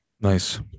Nice